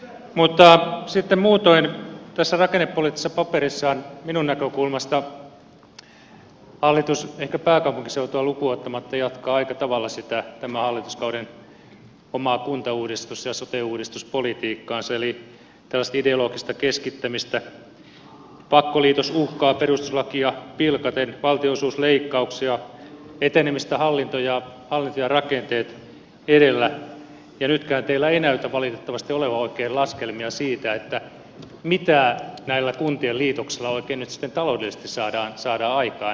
mutta sitten muutoin tässä rakennepoliittisessa paperissa minun näkökulmastani hallitus ehkä pääkaupunkiseutua lukuun ottamatta jatkaa aika tavalla sitä tämän hallituskauden omaa kuntauudistus ja sote uudistuspolitiikkaansa eli tällaista ideologista keskittämistä pakkoliitosuhkaa perustuslakia pilkaten valtionosuusleikkauksia etenemistä hallinto ja rakenteet edellä ja nytkään teillä ei näytä valitettavasti olevan oikein laskelmia siitä mitä näillä kuntien liitoksilla oikein nyt sitten taloudellisesti saadaan aikaan